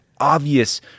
obvious